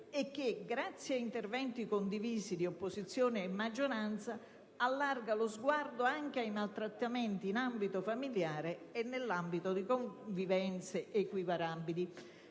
grazie ad interventi condivisi di opposizione e maggioranza, allarga lo sguardo anche ai maltrattamenti in ambito familiare e di convivenze equiparabili.